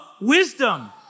wisdom